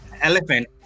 elephant